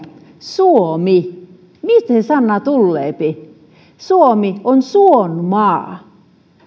suomi mistä se sana tuleepi suomi on suon maa